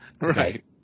Right